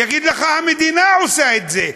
יגיד לך: המדינה עושה את זה,